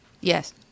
Yes